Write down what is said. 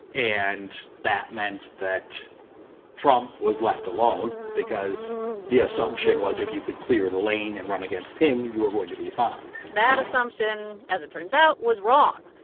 and that meant that trump was left alone because the assumption was if you could clear the lane and run against him, you were going to be fine that assumption, as it turns out, was wrong.